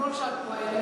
בסגנון שאת פועלת,